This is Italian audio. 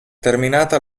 terminata